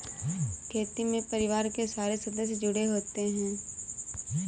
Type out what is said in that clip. खेती में परिवार के सारे सदस्य जुड़े होते है